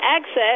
exit